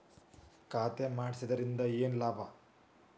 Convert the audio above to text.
ಖಾತೆ ಮಾಡಿಸಿದ್ದರಿಂದ ಏನು ಲಾಭ?